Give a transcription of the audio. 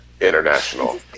International